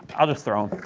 i'll just throw